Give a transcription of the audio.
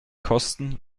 kosten